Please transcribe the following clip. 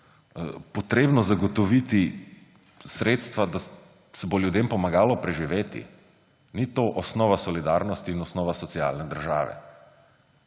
potrebno zagotoviti sredstva, da se bo ljudem pomagalo preživeti. Ni to osnova solidarnosti in osnova socialne države?